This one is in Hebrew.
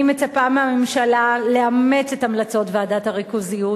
אני מצפה מהממשלה לאמץ את המלצות ועדת הריכוזיות,